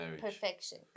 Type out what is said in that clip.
perfection